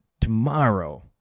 tomorrow